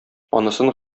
анысын